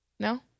No